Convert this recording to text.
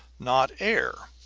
not air.